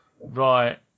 right